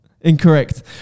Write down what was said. Incorrect